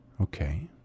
Okay